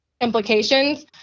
implications